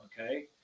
Okay